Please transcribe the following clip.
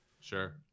Sure